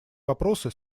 вопросы